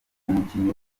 umukinnyi